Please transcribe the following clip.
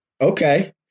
Okay